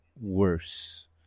worse